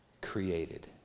created